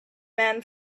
man